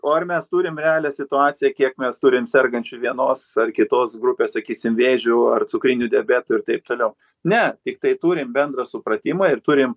o ar mes turim realią situaciją kiek mes turim sergančių vienos ar kitos grupės sakysim vėžiu ar cukriniu diabetu ir taip toliau ne tiktai turim bendrą supratimą ir turim